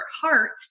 heart